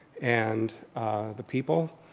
and the people,